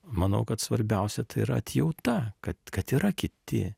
manau kad svarbiausia tai yra atjauta kad kad yra kiti